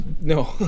No